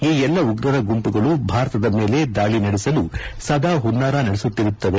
ಈ ಎಲ್ಲ ಉಗ್ರರ ಗುಂಪುಗಳು ಭಾರತದ ಮೇಲೆ ದಾಳಿ ನಡೆಸಲು ಸದಾ ಪುನ್ನಾರ ನಡೆಸುತ್ತಿರುತ್ತವೆ